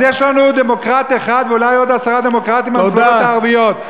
אז יש לנו דמוקרט אחד ואולי עוד עשרה דמוקרטים במפלגות הערביות.